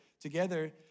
together